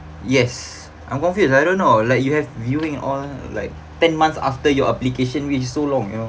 yes I'm confused I don't know like you have viewing all like ten months after your application which is so long you know